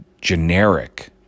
generic